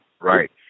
Right